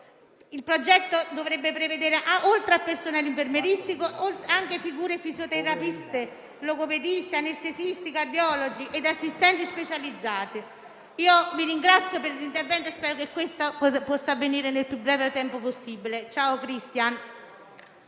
Il progetto dovrebbe prevedere, oltre al personale infermieristico, anche figure quali fisioterapisti, logopedisti, anestesisti, cardiologi e assistenti specializzati. Vi ringrazio per l'intervento e spero che tutto ciò possa avvenire nel più breve tempo possibile. Ciao Christian.